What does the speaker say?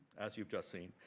as you've just seen,